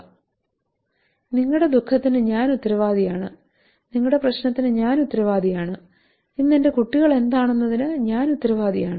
"നിങ്ങളുടെ ദുഖത്തിന് ഞാൻ ഉത്തരവാദിയാണ് നിങ്ങളുടെ പ്രശ്നത്തിന് ഞാൻ ഉത്തരവാദിയാണ് ഇന്ന് എന്റെ കുട്ടികൾ എന്താണെന്നതിന് ഞാൻ ഉത്തരവാദിയാണ്